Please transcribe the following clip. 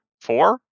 four